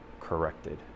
corrected